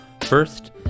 first